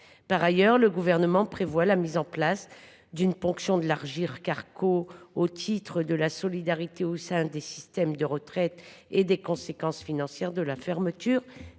Par ailleurs, le Gouvernement prévoit la mise en place d’une ponction de l’Agirc Arrco au titre de la solidarité au sein des systèmes de retraite et pour tenir compte des conséquences financières de la fermeture